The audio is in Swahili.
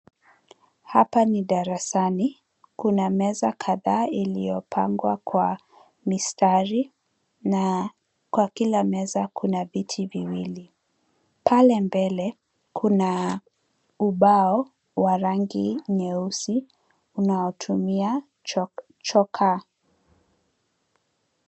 Hapa ni darasani, kuna meza kadhaa iliyopangwa kwa mistari na kwa kila meza kuna viti viwili. Pale mbele kuna ubao wa rangi nyeusi unaotumia chokaa.